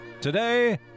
Today